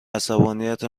عصبانیت